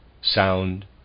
sound